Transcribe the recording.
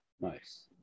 Nice